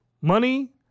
money